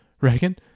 Reagan